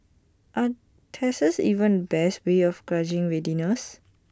are tests even the best way of gauging readiness